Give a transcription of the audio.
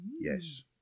Yes